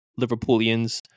Liverpoolians